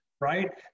right